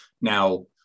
Now